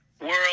world